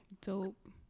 Dope